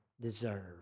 deserve